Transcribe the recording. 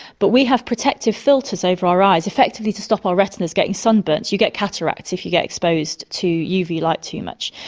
but we have protective filters over our eyes, effectively to stop our retinas getting sunburnt. you get cataracts if you get exposed to uv light too much.